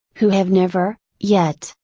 who have never, yet,